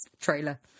trailer